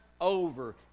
over